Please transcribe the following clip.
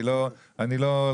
אני רואה את הרשימות האלה.